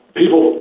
people